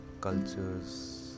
cultures